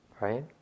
right